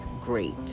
great